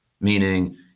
meaning